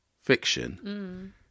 fiction